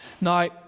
Now